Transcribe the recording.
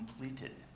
completed